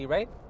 Right